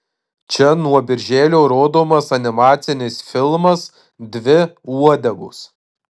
čia nuo birželio rodomas animacinis filmas dvi uodegos